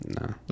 No